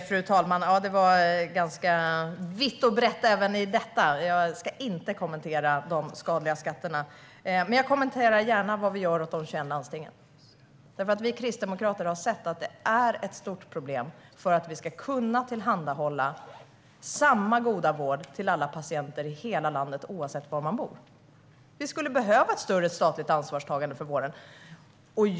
Fru talman! Karin Rågsjö rörde sig ganska vitt och brett även i detta inlägg. Jag ska inte kommentera de skadliga skatterna, men jag kommenterar gärna vad vi gör åt de 21 landstingen. Vi kristdemokrater har sett att detta är ett stort problem när det gäller att kunna tillhandahålla samma goda vård till alla patienter i hela landet, oavsett var man bor. Vi skulle behöva ett större statligt ansvarstagande för vården.